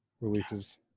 releases